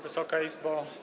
Wysoka Izbo!